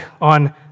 on